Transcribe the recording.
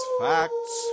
facts